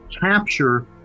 capture